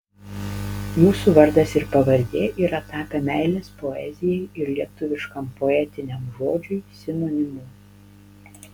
jūsų vardas ir pavardė yra tapę meilės poezijai ir lietuviškam poetiniam žodžiui sinonimu